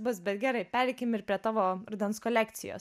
bus bet gerai pereikim ir prie tavo rudens kolekcijos